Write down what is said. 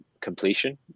completion